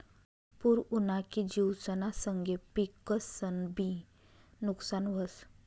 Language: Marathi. पूर उना की जिवसना संगे पिकंसनंबी नुकसान व्हस